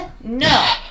No